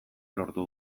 lortu